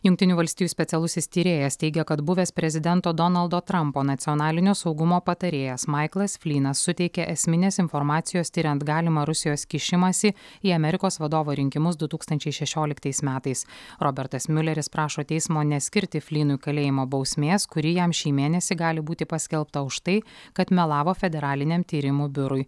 jungtinių valstijų specialusis tyrėjas teigia kad buvęs prezidento donaldo trampo nacionalinio saugumo patarėjas maiklas flynas suteikia esminės informacijos tiriant galimą rusijos kišimąsi į amerikos vadovo rinkimus du tūkstančiai šešioliktais metais robertas miuleris prašo teismo neskirti flynui kalėjimo bausmės kuri jam šį mėnesį gali būti paskelbta už tai kad melavo federaliniam tyrimų biurui